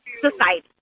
society